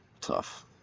tough